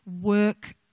work